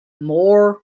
more